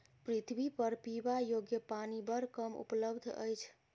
पृथ्वीपर पीबा योग्य पानि बड़ कम उपलब्ध अछि